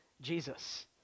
Jesus